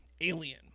alien